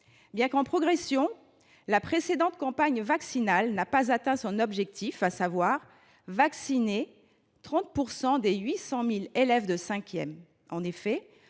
soit en progression, la précédente campagne vaccinale n’a pas atteint son objectif, à savoir vacciner 30 % des 800 000 élèves de cinquième. En effet,